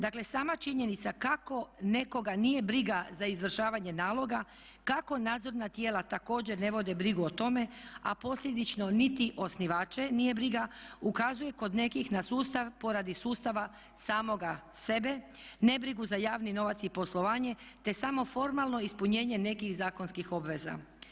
Dakle, sama činjenica kako nekoga nije briga za izvršavanje naloga, kako nadzorna tijela također ne vode brigu o tome a posljedično niti osnivače nije briga ukazuje kod nekih na sustav poradi sustava samoga sebe, nebrigu za javni novac i poslovanje te samo formalno ispunjenje nekih zakonskih obveza.